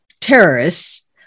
terrorists